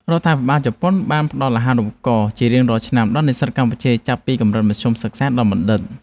រដ្ឋាភិបាលជប៉ុនបានផ្តល់អាហារូបករណ៍ជារៀងរាល់ឆ្នាំដល់និស្សិតកម្ពុជាចាប់ពីកម្រិតមធ្យមសិក្សាដល់បណ្ឌិត។